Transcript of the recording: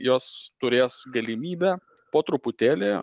jos turės galimybę po truputėlį